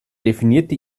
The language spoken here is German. definierte